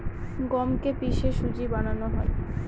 গমকে কে পিষে সুজি বানানো হয়